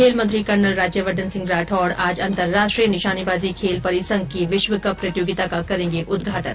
खेल मंत्री कर्नल राज्यवर्द्वन सिंह राठौड आज अंतर्राष्ट्रीय निशानेबाजी खेल परिसंघ की विश्वकप प्रतियोगिता का करेंगे उदघाटन